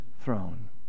throne